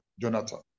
Jonathan